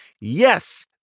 Yes